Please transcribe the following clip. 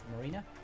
Marina